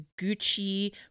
Gucci